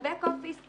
ב-בק אופיס,